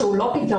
שהוא לא פתרון,